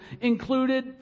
included